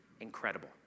incredible